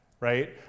right